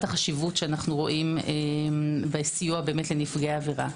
החשיבות בסיוע שאנו רואים בסיוע לנפגעי עבירה.